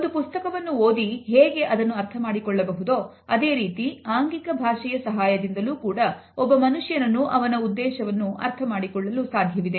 ಒಂದು ಪುಸ್ತಕವನ್ನು ಓದಿ ಹೇಗೆ ಅದನ್ನು ಅರ್ಥಮಾಡಿಕೊಳ್ಳಬಹುದು ಅದೇ ರೀತಿ ಆಂಗಿಕ ಭಾಷೆಯ ಸಹಾಯದಿಂದಲೂ ಕೂಡ ಒಬ್ಬ ಮನುಷ್ಯನನ್ನು ಅವನ ಉದ್ದೇಶವನ್ನು ಅರ್ಥ ಮಾಡಿಕೊಳ್ಳಲು ಸಾಧ್ಯವಿದೆ